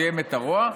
סיים את הרוע,